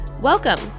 Welcome